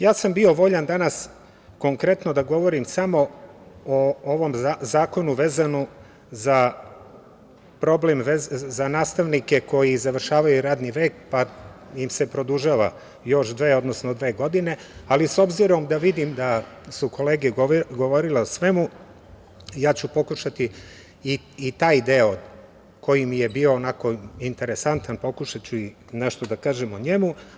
Ja sam bio voljan danas konkretno da govorim samo o ovom zakonu vezano za nastavnike koji završavaju radni vek, pa im se produžava dve godine, ali obzirom da vidim da su kolege govorile o svemu, ja ću pokušati i taj deo koji mi je bio onako interesantan, da kažem nešto o njemu.